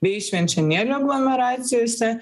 bei švenčionėlių aglomeracijose